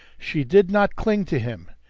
she did not cling to him.